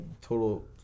total